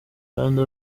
kandi